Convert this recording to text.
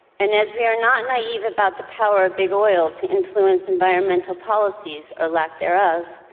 and as we are not naive about the power of big oil to influence environmental policies or lack thereof,